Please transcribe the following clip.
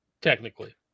technically